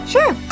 Sure